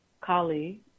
colleague